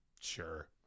Sure